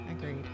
Agreed